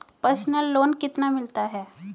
Personal loan कितना मिलता है?